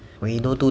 when you know two